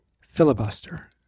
filibuster